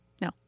No